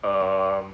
um